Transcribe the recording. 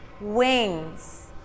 wings